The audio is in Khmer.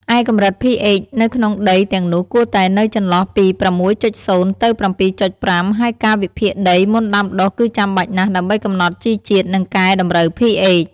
ឯកម្រិត pH នៅក្នុងដីទាំងនោះគួរតែនៅចន្លោះពី ៦.០ ទៅ ៧.៥ ហើយការវិភាគដីមុនដាំដុះគឺចាំបាច់ណាស់ ដើម្បីកំណត់ជីជាតិ និងកែតម្រូវ pH ។